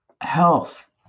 health